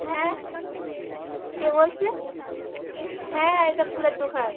হ্যাঁ কে বলছে হ্যাঁ এটা ফুলের দোকান